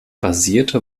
basierte